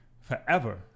forever